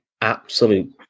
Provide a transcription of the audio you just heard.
absolute